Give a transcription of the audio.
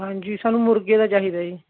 ਹਾਂਜੀ ਸਾਨੂੰ ਮੁਰਗੇ ਦਾ ਚਾਹੀਦਾ ਜੀ